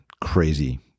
crazy